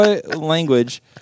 language